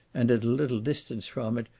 and at a little distance from it,